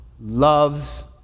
loves